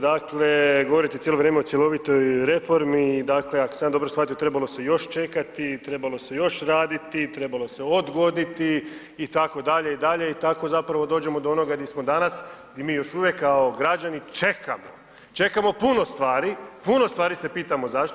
Dakle govorite cijelo vrijeme o cjelovitoj reformi, ako sam ja dobro shvatio trebalo se još čekati, trebalo se još raditi, trebalo se odgoditi itd., i dalje i tako zapravo dođemo do onoga gdje smo danas gdje mi još uvijek kao građani čekamo, čekamo puno stvari, puno stvari se pitamo zašto.